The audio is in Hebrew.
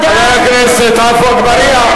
מספיק עם ההתחנפות, חבר הכנסת עפו אגבאריה.